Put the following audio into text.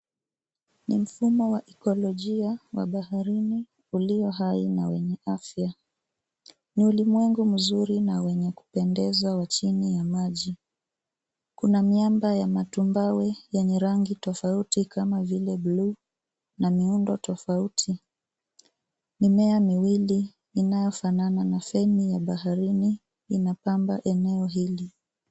Ni mfumo wa ekolojia wa baharini ulio hai na wenye afya. Ni ulimwengu mzuri na wenye kupendeza chini ya maji. Kuna miamba ya matumbawe yenye rangi tofauti kama vile buluu na miundo tofauti. Mimea miwili inayofanana na sehemu ya baharini inapamba eneo hili.